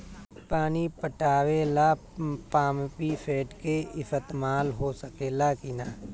पानी पटावे ल पामपी सेट के ईसतमाल हो सकेला कि ना?